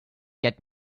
get